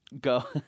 go